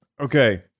okay